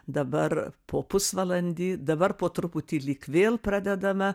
dabar po pusvalandį dabar po truputį lyg vėl pradedame